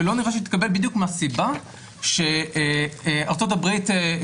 ולא נראה שתתקבל בדיוק מהסיבה שארצות הברית,